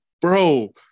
Bro